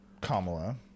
Kamala